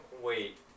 wait